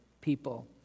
people